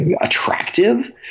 attractive